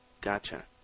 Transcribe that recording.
gotcha